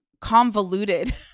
convoluted